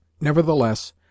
Nevertheless